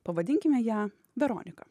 pavadinkime ją veronika